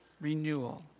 renewal